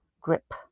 grip